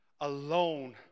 alone